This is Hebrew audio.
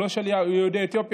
הוא לא של יהודי אתיופיה,